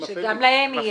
שגם להם יהיה.